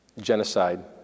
genocide